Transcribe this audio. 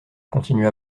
continua